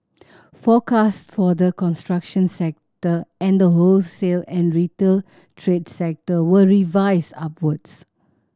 forecast for the construction sector and the wholesale and retail trade sector were revised upwards